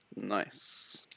nice